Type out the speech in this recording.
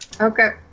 Okay